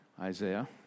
Isaiah